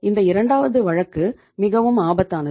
இந்த இரண்டாவது வழக்கு மிகவும் ஆபத்தானது